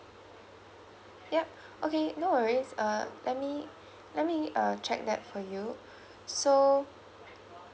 yup okay no worries uh let me let me uh check that for you so